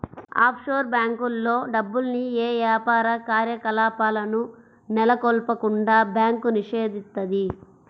offshore బ్యేంకుల్లో డబ్బుల్ని యే యాపార కార్యకలాపాలను నెలకొల్పకుండా బ్యాంకు నిషేధిత్తది